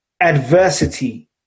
adversity